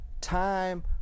time